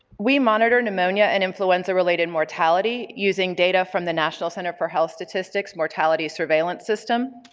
we monitored pneumonia and influenza related mortality using data from the national center for health statistics mortality surveillance system.